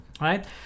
right